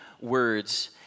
Words